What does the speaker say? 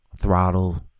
throttle